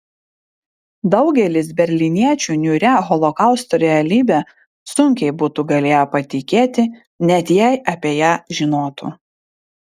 daugelis berlyniečių niūria holokausto realybe sunkiai būtų galėję patikėti net jei apie ją žinotų